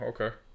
okay